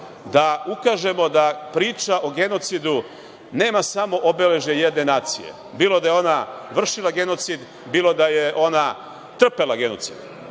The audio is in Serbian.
da ukažemo da priča o genocidu nema samo obeležje jedne nacije, bilo da je ona vršila genocid, bilo da je ona trpela genocid,